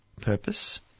purpose